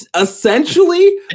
essentially